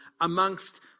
amongst